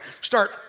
start